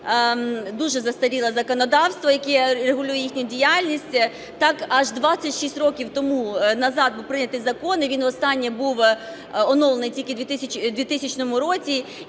дуже застаріле законодавство, яке регулює їхню діяльність. Так аж 26 років тому назад був прийнятий закон, і він востаннє був оновлений тільки у 2000 році.